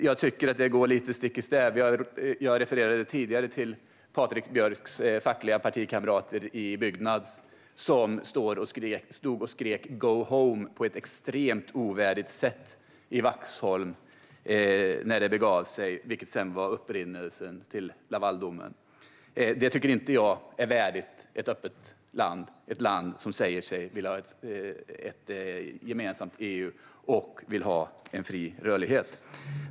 Jag tycker att detta går lite stick i stäv med det som sas tidigare. Jag refererade tidigare till Patrik Björcks fackliga partikamrater i Byggnads som stod och skrek "Go home!" på ett extremt ovärdigt sätt i Vaxholm när det begav sig, vilket var upprinnelsen till Lavaldomen. Det tycker jag inte är värdigt ett öppet land, ett land som säger sig vilja ha ett gemensamt EU och en fri rörlighet.